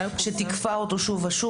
שתיקפה אותו שוב ושוב.